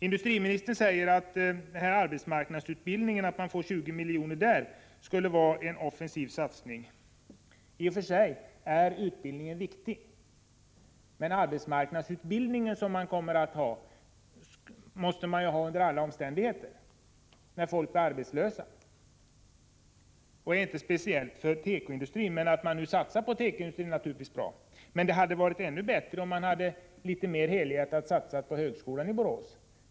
Industriministern säger att anslaget på 20 milj.kr. till arbetsmarknadsutbildning skulle vara en offensiv satsning. I och för sig är utbildningen viktig. Men arbetsmarknadsutbildning måste man ju ha under alla förhållanden när folk blir arbetslösa, och det är inte något speciellt för tekoindustrin. Att man nu satsar på tekoindustrin är naturligtvis bra. Det hade emellertid varit ännu bättre om man hade satsat litet mer helhjärtat på högskolan i Borås.